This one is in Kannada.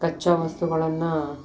ಕಚ್ಚಾ ವಸ್ತುಗಳನ್ನು